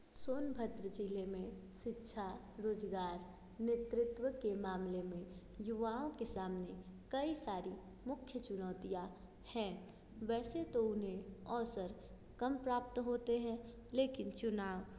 सोनभद्र जिले में शिक्षा रोजगार नेतृत्व के मामले में युवाओं के सामने कई सारी मुख्य चुनौतियाँ हैं वैसे तो उन्हें अवसर कम प्राप्त होते हैं लेकिन चुनाव